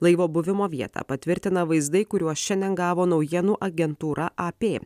laivo buvimo vietą patvirtina vaizdai kuriuos šiandien gavo naujienų agentūra ap